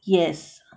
yes